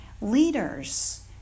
leaders